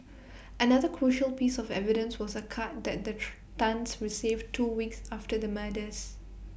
another crucial piece of evidence was A card that the Tans received two weeks after the murders